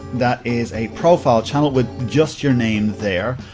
that is, a profile channel with just your name there,